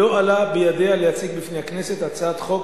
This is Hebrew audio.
לא עלה בידה להציג בפני הכנסת הצעת חוק